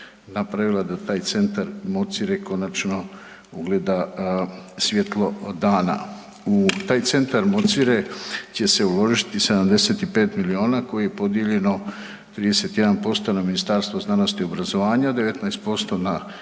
napravila da taj Centar Mocire konačno ugleda svjetlo dana. U taj Centar Mocire će se uložiti 75 milijuna koje je podijeljeno 31% na Ministarstvo znanosti i obrazovanja, 19% na